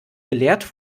gelehrt